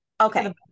Okay